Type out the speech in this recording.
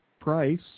price